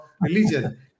religion